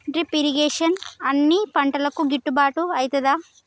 Drip irrigation అన్ని పంటలకు గిట్టుబాటు ఐతదా?